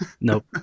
Nope